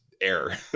air